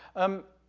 um,